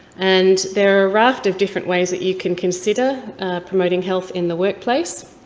and there are a raft of different ways that you can consider promoting health in the workplace.